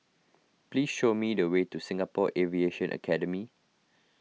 please show me the way to Singapore Aviation Academy